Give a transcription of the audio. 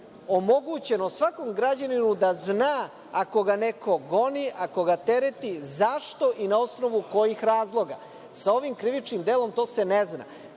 omogućeno svakom građaninu da zna, ako ga neko goni, ako ga tereti, zašto i na osnovu kojih razloga. Sa ovim krivičnim delom to se ne